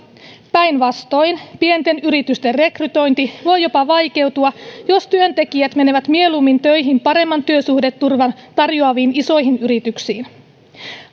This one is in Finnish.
päinvastoin pienten yritysten rekrytointi voi jopa vaikeutua jos työntekijät menevät mieluummin töihin paremman työsuhdeturvan tarjoaviin isoihin yrityksiin